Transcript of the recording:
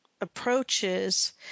approaches